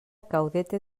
caudete